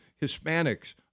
Hispanics